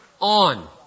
on